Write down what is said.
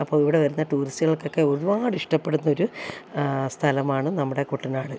അപ്പോൾ ഇവിടെ വരുന്ന ടൂറിസ്റ്റുകൾക്കൊക്കെ ഒരുപാട് ഇഷ്ടപ്പെടുന്നൊരു സ്ഥലമാണ് നമ്മുടെ കുട്ടനാട്